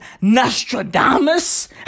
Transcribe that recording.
Nostradamus